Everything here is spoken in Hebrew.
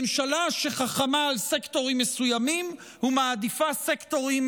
ממשלה שחכמה על סקטורים מסוימים ומעדיפה סקטורים